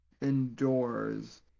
indoors